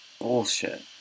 bullshit